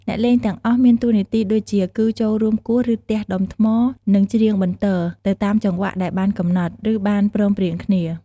អ្នកលេងទាំងអស់មានតួនាទីដូចគ្នា គឺចូលរួមគោះ ឫទះដុំថ្ម និងច្រៀងបន្ទរ ទៅតាមចង្វាក់ដែលបានកំណត់ ឬបានព្រមព្រៀងគ្នា។